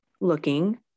looking